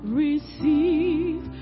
receive